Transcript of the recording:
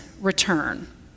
return